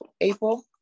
April